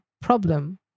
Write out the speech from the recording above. problem